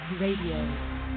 Radio